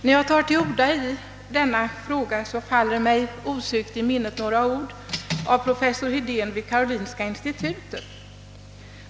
När jag tar till orda i denna fråga faller mig osökt i minnet några ord av professor Hedén vid karolinska institutet.